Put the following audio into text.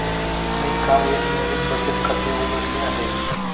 मी काल एक नवीन बचत खाते उघडले आहे